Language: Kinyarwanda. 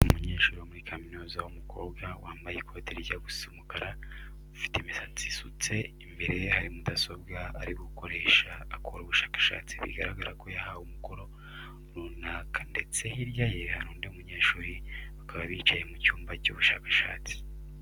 Umunyeshuri wo muri kaminuza w'umukobwa, wambaye ikoti rijya gusa umukara, ufite imisatsi isutse, imbere ye hari mudasobwa ari gukoresha akora ubushakashatsi bigaragara ko yahawe umukoro runaka ndetse hirya ye hari undi munyeshuri bakaba bicaye mu cyumba cy'ubushakashatsi.